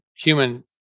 human